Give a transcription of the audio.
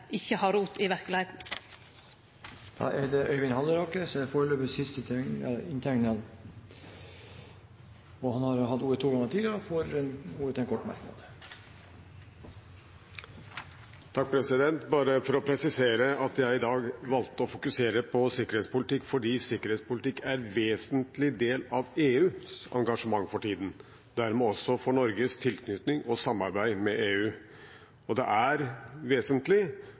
har rot i verkelegheita. Representanten Øyvind Halleraker har hatt ordet to ganger og får ordet til en kort merknad, begrenset til 1 minutt. Jeg vil bare presisere at jeg i dag valgte å fokusere på sikkerhetspolitikk fordi sikkerhetspolitikk er en vesentlig del av EUs engasjement for tiden, og dermed også for Norges tilknytning til og samarbeid med EU, og det er vesentlig